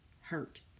hurt